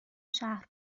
شهر